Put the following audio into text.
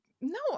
No